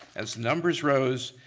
as numbers rose,